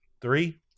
Three